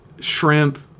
shrimp